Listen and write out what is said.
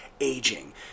aging